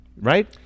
right